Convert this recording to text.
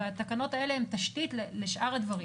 והתקנות האלה הן תשתית לשאר הדברים.